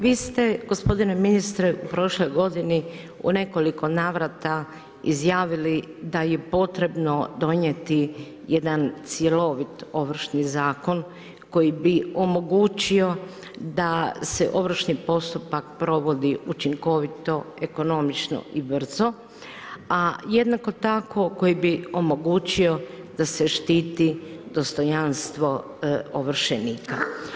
Vi ste gospodine ministre u prošloj godini u nekoliko navrata izjavili da je potrebno donijeti jedan cjelovit Ovršni zakon koji bi omogućio da se ovršni postupak provodi učinkovito, ekonomično i brzo a jednako tako koji bi omogućio da se štititi dostojanstvo ovršenika.